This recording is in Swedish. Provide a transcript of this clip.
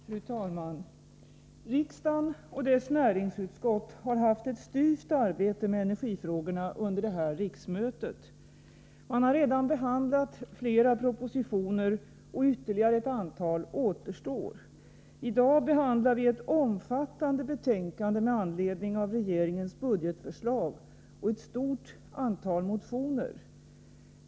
Fru talman! Riksdagen och dess näringsutskott har haft ett styvt arbete med energifrågorna under det här riksmötet. Man har redan behandlat flera propositioner — och ytterligare ett antal återstår. I dag behandlar vi ett omfattande betänkande med anledning av regeringens budgetförslag och ett stort antal motioner.